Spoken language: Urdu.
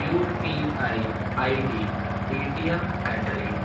you P I I D Paytm at the rate